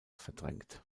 verdrängt